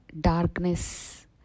darkness